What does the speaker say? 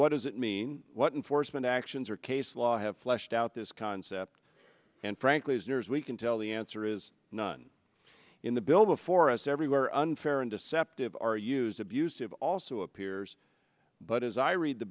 what does it mean what and forstmann actions or case law have fleshed out this concept and frankly as near as we can tell the answer is none in the bill before us everywhere unfair and deceptive are used abusive also appears but as i read the